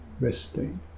resting